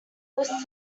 lists